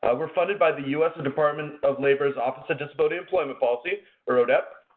ah we're funded by the us department of labor's office of disability employment policy or odep.